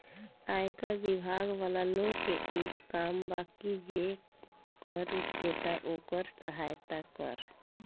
आयकर बिभाग वाला लोग के इ काम बा की जे कर देता ओकर सहायता करऽ